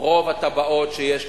רוב התב"עות שיש לנו,